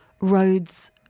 roads